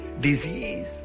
disease